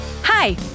Hi